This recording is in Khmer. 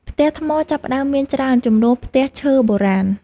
ផ្ទះថ្មចាប់ផ្ដើមមានច្រើនជំនួសផ្ទះឈើបុរាណ។